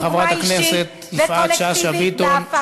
חברת הכנסת יפעת שאשא ביטון,